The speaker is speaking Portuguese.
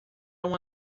uma